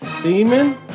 semen